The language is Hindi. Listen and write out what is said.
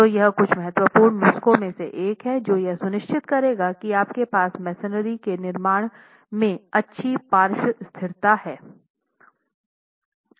तो यह कुछ महत्वपूर्ण नुस्खों में से एक है जो यह सुनिश्चित करेगा कि आपके पास मेसनरी के निर्माण में अच्छी पार्श्व स्थिरता है